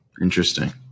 interesting